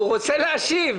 הוא רוצה להשיב.